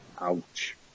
Ouch